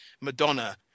Madonna